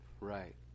Right